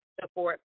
support